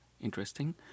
interesting